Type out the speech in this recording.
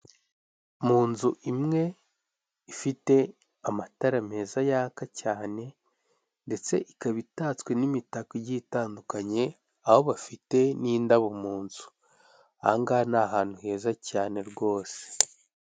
Mu nzu imwe ifite amatara meza yaka cyane ndetse ikaba itatswe n'mitako igiye itandukanye, aho bafite n'indabo mu nzu aha ngaha ni ahantu heza cyane rwose.